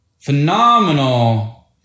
phenomenal